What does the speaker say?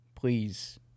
Please